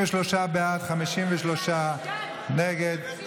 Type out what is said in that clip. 33 בעד, 53 נגד.